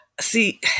see